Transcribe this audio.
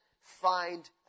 find